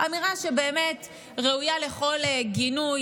אמירה שבאמת ראויה לכל גינוי.